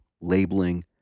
labeling